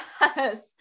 Yes